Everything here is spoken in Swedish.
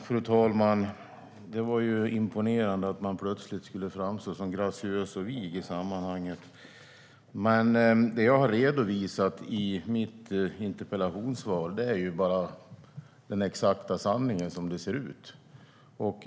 Fru talman! Det var ju imponerande att man plötsligt skulle framstå som graciös och vig i sammanhanget. Men det jag har redovisat i mitt interpellationssvar är bara den exakta sanningen som den ser ut.